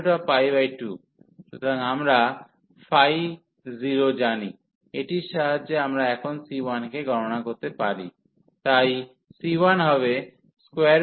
সুতরাং আমরা 0 জানি এটির সাহায্যে আমরা এখন c1 কে গণনা করতে পারি তাই c1 হবে 2